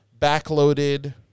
backloaded